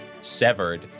severed